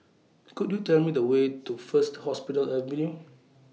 Could YOU Tell Me The Way to First Hospital Avenue